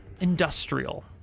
industrial